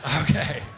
Okay